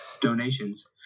donations